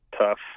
tough